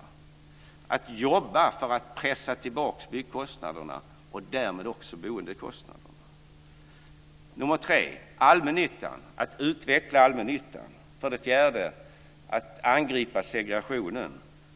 Det handlar om att jobba för att pressa tillbaka byggkostnaderna och därmed boendekostnaderna. Nummer 3 är att utveckla allmännyttan. Nummer 4 är att angripa segregationen.